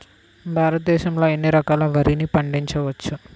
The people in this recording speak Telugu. భారతదేశంలో ఎన్ని రకాల వరిని పండించవచ్చు